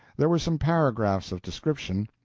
there were some paragraphs of description,